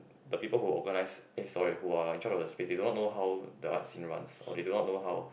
the people who organise eh sorry who are in charge of the space they do not know how the arts scene runs or they do not know how